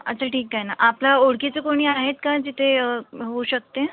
अच्छा ठीक आहे ना आपल्या ओळखीचं कोणी आहेत का तिथे होऊ शकते